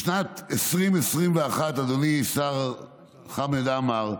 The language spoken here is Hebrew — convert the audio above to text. בשנת 2021, אדוני השר חמד עמאר,